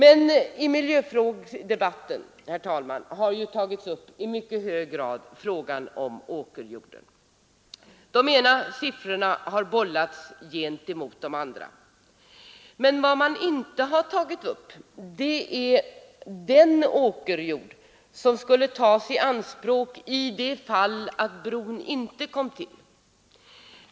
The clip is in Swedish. I miljödebatten har frågan om åkerjorden intagit en framträdande plats, och där har siffror bollats fram och tillbaka med varandra. Men vad man inte har tagit upp är vad som händer med åkerjorden för det fall att bron inte kommer till.